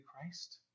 Christ